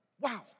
wow